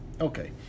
Okay